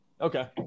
Okay